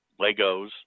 Legos